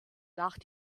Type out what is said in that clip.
nach